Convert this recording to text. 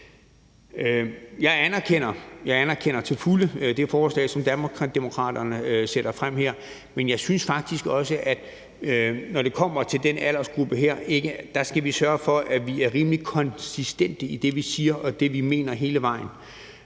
Jeg anerkender til fulde det forslag, som Danmarksdemokraterne har fremsat, men jeg synes faktisk også, at når det kommer til den aldersgruppe her, skal vi sørge for, at vi hele vejen igennem er rimelig konsistente i det, vi siger, og det, vi mener.